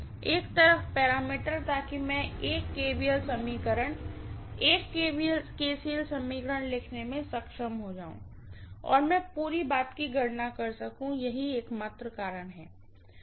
एक तरफ पैरामीटर ताकि मैं 1 kVL समीकरण 1 KCL समीकरण लिखने में सक्षम हो जाऊं और मैं पूरी बात की गणना कर सकूं यही एकमात्र कारण है